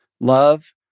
love